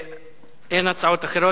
אין הצעות אחרות.